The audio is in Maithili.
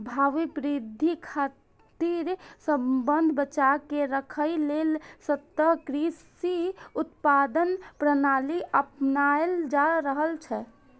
भावी पीढ़ी खातिर संसाधन बचाके राखै लेल सतत कृषि उत्पादन प्रणाली अपनाएल जा रहल छै